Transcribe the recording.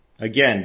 again